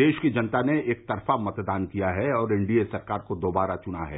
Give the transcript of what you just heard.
देश की जनता ने एक तरफा मतदान किया है और एनडीए सरकार को दोबारा चुना है